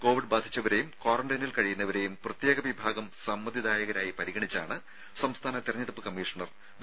Covid ബാധി ച്ചവരെയും കാറന്റൈനിൽ കഴിയുന്നവരെയും പ്രത്യേക വിഭാഗം സമ്മതിദായകരായി പരിഗണിച്ചാണ് സംസ്ഥാന തെര ഞ്ഞെടുപ്പ് കമ്മീഷണർ വി